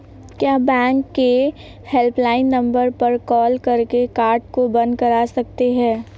क्या बैंक के helpline number पर कॉल करके कार्ड को बंद करा सकते हैं?